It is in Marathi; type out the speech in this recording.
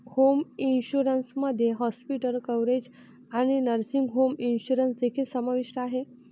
होम इन्शुरन्स मध्ये हॉस्पिटल कव्हरेज आणि नर्सिंग होम इन्शुरन्स देखील समाविष्ट आहे